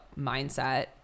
Mindset